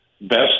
best